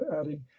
adding